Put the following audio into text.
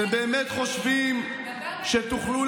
אתם חושבים ששכחנו.